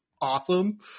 awesome